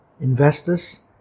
investors